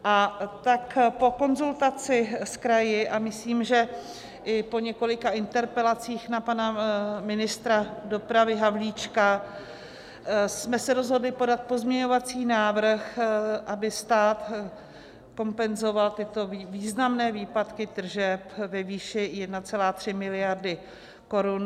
A tak po konzultaci s kraji, a myslím, že i po několika interpelacích na pana ministra dopravy Havlíčka, jsme se rozhodli podat pozměňovací návrh, aby stát kompenzoval tyto významné výpadky tržeb ve výši 1,3 mld. korun.